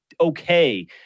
okay